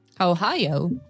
Ohio